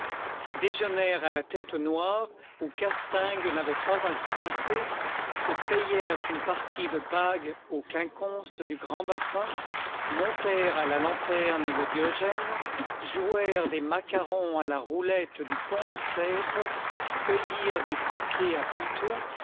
déjeunèrent à la tête noire où castaing n'avait pas encore passé se payèrent une partie de bagues au quinconce du grand bassin montèrent à la lanterne de diogène jouèrent des macarons à la roulette du pont de sèvres cueillirent des bouquets à puteaux